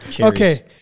Okay